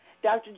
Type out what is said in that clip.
Dr